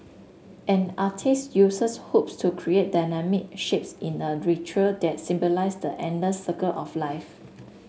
an artiste uses hoops to create dynamic shapes in a ritual that symbolise the endless circle of life